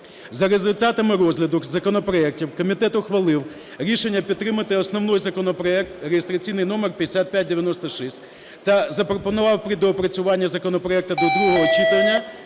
За результатами розгляду законопроектів комітет ухвалив рішення підтримати основний законопроект реєстраційний номер 5596 та запропонував при доопрацюванні законопроекту до другого читання